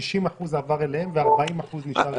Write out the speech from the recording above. ה-60% עבר אליהם ו-40% נשאר אצלנו.